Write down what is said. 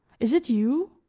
is it you?